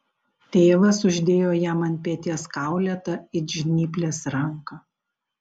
tėvas uždėjo jam ant peties kaulėtą it žnyplės ranką